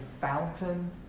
fountain